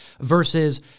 versus